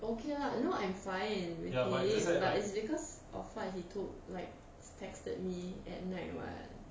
okay lah you know I'm fine in meeting but it's because of what he told like texted me at night [what]